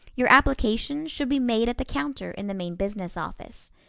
your application should be made at the counter in the main business office.